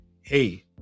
Hey